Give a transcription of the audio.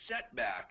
setback